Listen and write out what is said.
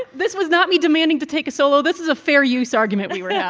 this was not me demanding to take a solo this is a fair use argument we were yeah